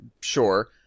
Sure